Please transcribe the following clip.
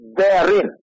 therein